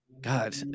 God